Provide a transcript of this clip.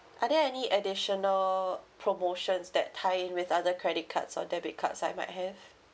are there any additional promotions that tie in with other credit cards or debit cards I might have